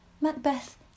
Macbeth